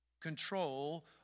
control